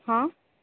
ହଁ